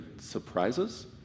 surprises